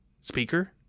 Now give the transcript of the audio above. speaker